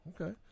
okay